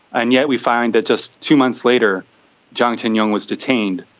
and yet we find that just two months later jiang tianyong was detained.